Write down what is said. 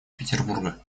петербурга